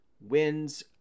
wins